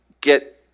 get